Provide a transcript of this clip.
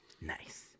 Nice